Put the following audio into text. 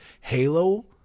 Halo